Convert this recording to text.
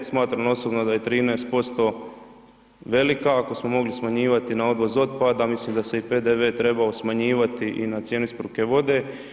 Smatram osobno da je 13% velika, ako smo mogli smanjivati na odvoz otpada, mislim da se i PDV trebao smanjivati i na cijenu isporuke vode.